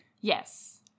Yes